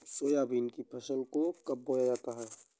Soybean की फसल को कब बोया जाता है?